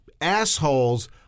assholes